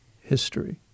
history